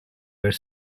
were